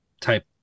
type